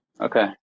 Okay